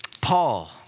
Paul